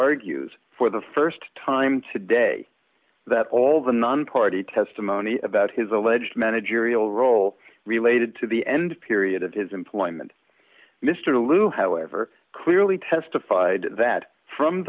argues for the st time today that all the nonparty testimony about his alleged managerial role related to the end period of his employment mr lew however clearly testified that from